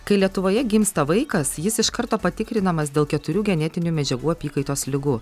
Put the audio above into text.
kai lietuvoje gimsta vaikas jis iš karto patikrinamas dėl keturių genetinių medžiagų apykaitos ligų